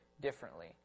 differently